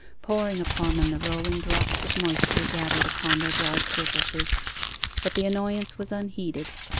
pouring upon them the rolling drops of moisture gathered upon their broad surfaces but the annoyance was unheeded.